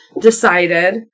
decided